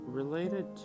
related